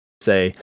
say